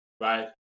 right